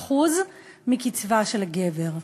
כ-54% מקצבה של גבר.